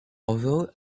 although